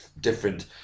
different